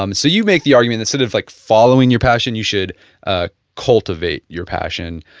um so, you make the argument instead of like following your passion you should ah cultivate your passion.